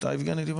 אתה יבגני?